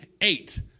eight